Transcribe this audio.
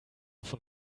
von